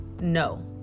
no